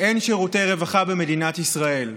רווחה במדינת ישראל.